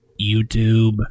YouTube